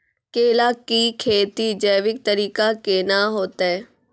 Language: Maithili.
केला की खेती जैविक तरीका के ना होते?